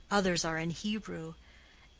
others are in hebrew,